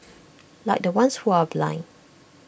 like the ones who are blind